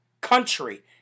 country